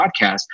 podcast